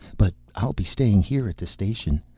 but i'll be staying here at the station.